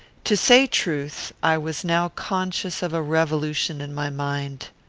to say truth, i was now conscious of a revolution in my mind.